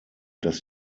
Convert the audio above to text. dass